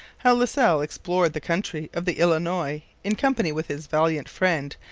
how la salle explored the country of the illinois in company with his valiant friend,